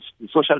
social